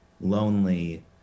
lonely